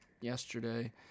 yesterday